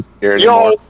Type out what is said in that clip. yo